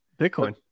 Bitcoin